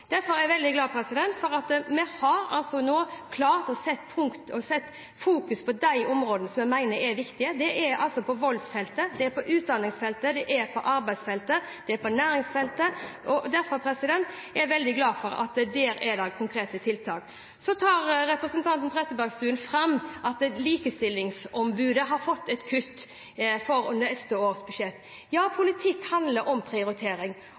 Derfor er jeg veldig glad for at vi nå har klart å fokusere på de områdene som vi mener er viktige. Det er på voldsfeltet, på utdanningsfeltet, på arbeidsfeltet og på næringsfeltet, og derfor er jeg veldig glad for at det er konkrete tiltak der. Så tar representanten Trettebergstuen fram at Likestillingsombudet har fått et kutt i neste års budsjett. Ja, politikk handler om prioritering,